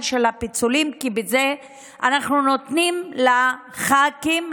של הפיצולים כי בזה אנחנו נותנים לח"כים,